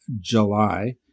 July